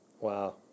wow